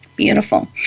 Beautiful